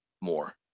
more